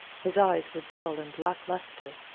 his eyes were dull and lack-lustre,